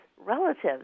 relatives